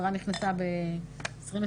השרה נכנסה ב-2021,